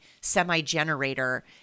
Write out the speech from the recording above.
semi-generator